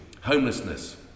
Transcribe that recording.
Homelessness